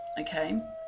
okay